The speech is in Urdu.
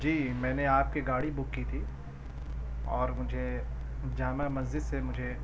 جی میں نے آپ کی گاڑی بک کی تھی اور مجھے جامع مسجد سے مجھے